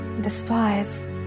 despise